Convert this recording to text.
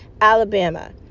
Alabama